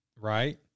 Right